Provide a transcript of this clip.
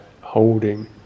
holding